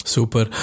Super